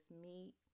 meat